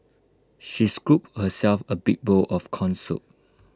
she scooped herself A big bowl of Corn Soup